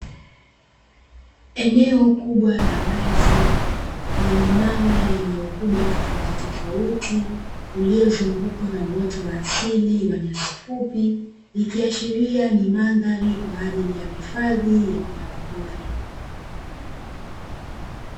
Eneo kubwa la wazi lenye mawe yenye ukubwa tofauti tofauti uliozungukwa na uoto wa asili wa nyasi fupi, ikiashiria ni mandhari kwa ajili ya wanyamapori.